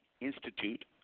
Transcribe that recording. Institute